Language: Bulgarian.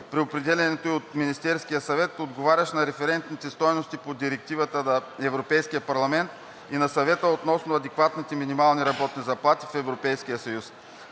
за страната от Министерския съвет, отговарящ на референтните стойности по Директивата на Европейския парламент и на Съвета относно адекватните минимални работни заплати в Европейския съюз.